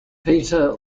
peter